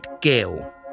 Gill